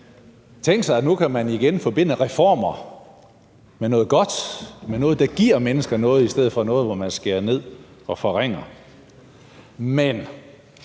Tænk sig, at nu kan man igen forbinde reformer med noget godt – med noget, der giver mennesker noget, i stedet for noget, hvor man skærer ned og forringer. Men